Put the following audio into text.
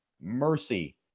Mercy